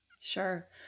Sure